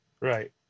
Right